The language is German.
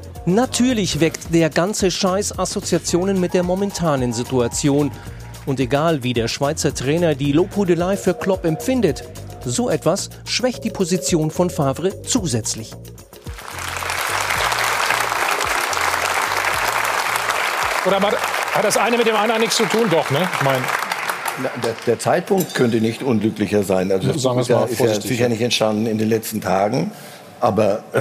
Natürlich weckt der ganze Scheiß Assoziationen mit der momentanen Situation. Und egal, wie der Schweizer Trainer die Lobhudelei für Klopp empfindet, so etwas schwächt die Position von Favre zusätzlich. Oder hat- hat das eine mit dem anderen nichts zu tun? Doch, ne? Ich mein- Na, der- der Zeitpunkt könnte nicht unglücklicher sein. Also, Sagen wir es der ist mal ja- ist ja vorsichtig, sicher ja. nicht entstanden in den letzten Tagen. Aber